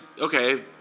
Okay